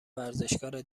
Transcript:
ورزشکاره